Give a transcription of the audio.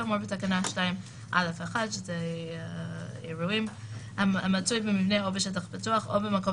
כאמור בתקנה 2(א)(1) המצוי במבנה או בשטח פתוח או במקום